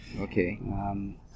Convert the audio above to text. Okay